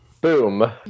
Boom